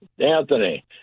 Anthony